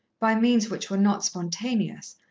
by means which were not spontaneous,